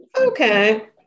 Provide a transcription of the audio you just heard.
Okay